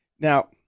Now